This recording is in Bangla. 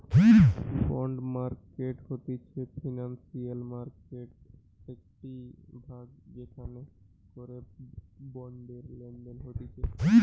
বন্ড মার্কেট হতিছে ফিনান্সিয়াল মার্কেটের একটিই ভাগ যেখান করে বন্ডের লেনদেন হতিছে